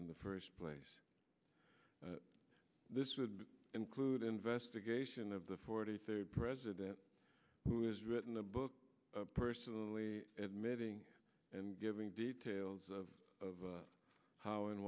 in the first place this would include investigation of the forty third president who has written a book personally and meddling and giving details of of how and